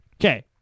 Okay